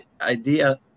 idea